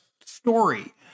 story